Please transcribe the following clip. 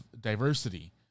diversity